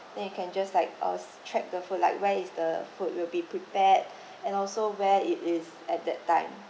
then you can just like uh track the food like when is the food will be prepared and also where it is at that time